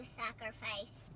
sacrifice